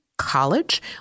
College